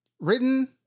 Written